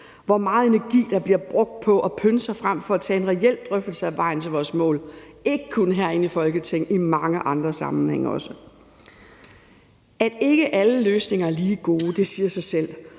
hvor meget energi bliver der ikke brugt på at pynte sig frem for at tage en reel drøftelse af vejen til vores mål, ikke kun herinde i Folketinget, men også i mange andre sammenhænge? At ikke alle løsninger er lige gode, siger sig selv.